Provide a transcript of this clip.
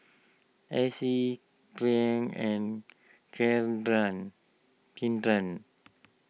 Acie and Kendra Kindom